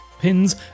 pins